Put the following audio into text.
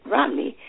Romney